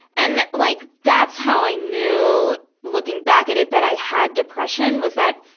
and, like, that's how i knew, looking back at it, that i had depression, was that,